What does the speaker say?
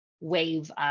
wave